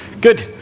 good